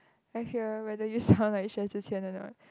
I hear whether you sound like Xue-Zhi-Qian or not